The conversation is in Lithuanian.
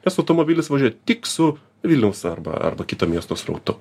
nes automobilis važiuoja tik su vilniaus arba arba kito miesto srautu